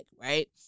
right